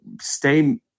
stay